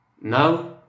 Now